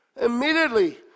Immediately